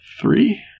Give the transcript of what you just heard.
three